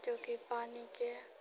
जो कि पानिके